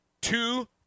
two